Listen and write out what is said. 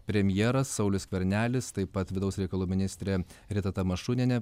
premjeras saulius skvernelis taip pat vidaus reikalų ministrė rita tamašunienė